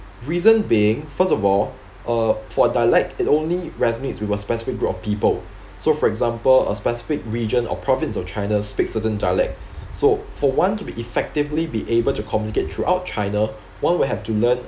reason being first of all uh for dialect it only resonates with a specific group of people so for example a specific region or province of china speak certain dialect so for one to be effectively be able to communicate throughout china one will have to learn